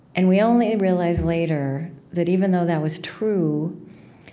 and we only realized later that even though that was true,